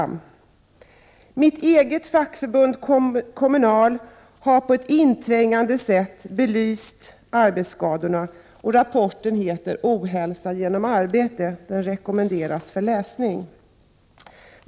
Mitt eget fackförbund, Kommunal, har på ett inträngande sätt belyst arbetsskadorna. Rapporten heter Ohälsa genom arbete. Den rekommenderas för läsning.